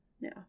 now